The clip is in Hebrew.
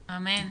אמן.